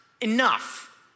enough